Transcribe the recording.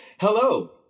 Hello